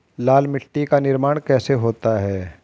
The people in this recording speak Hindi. लाल मिट्टी का निर्माण कैसे होता है?